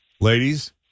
Ladies